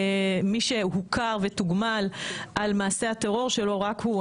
מי שהוכר ותוגמל על מעשה הטרור שלא רק הוא,